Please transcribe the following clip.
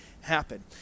happen